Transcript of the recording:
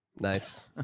Nice